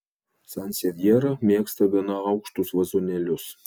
sansevjera mėgsta gana aukštus vazonėlius